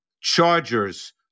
Chargers